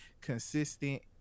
consistent